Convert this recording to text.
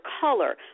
color